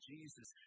Jesus